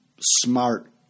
smart